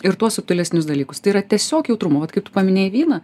ir tuos subtilesnius dalykus tai yra tiesiog jautrumo vat kaip tu paminėjai vyną